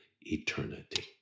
eternity